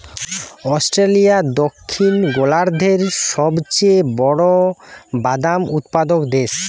Australia দক্ষিণ গোলার্ধের সবচেয়ে বড় বাদাম উৎপাদক দেশ